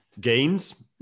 Gains